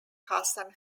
hasan